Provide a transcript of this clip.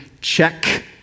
check